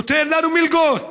נותן לנו מלגות